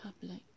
public